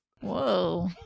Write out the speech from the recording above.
Whoa